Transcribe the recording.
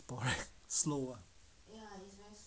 slow ah